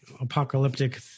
apocalyptic